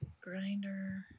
Grinder